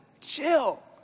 chill